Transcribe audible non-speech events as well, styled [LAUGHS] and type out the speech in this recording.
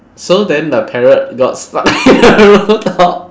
so then the parrot got stuck [LAUGHS] in the rooftop